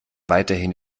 weiterhin